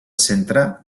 centre